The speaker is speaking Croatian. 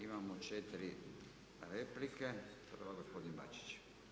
Imamo 4 replike, prva gospodin Bačić.